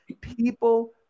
People